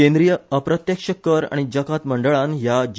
केंद्रीय अप्रत्यक्ष कर आनी जकात मंडळान ह्या जि